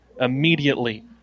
immediately